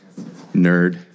nerd